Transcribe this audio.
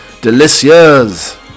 delicious